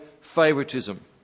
favoritism